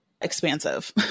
expansive